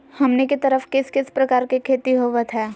हमनी के तरफ किस किस प्रकार के खेती होवत है?